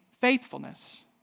faithfulness